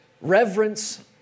Reverence